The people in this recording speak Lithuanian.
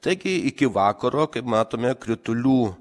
taigi iki vakaro kaip matome kritulių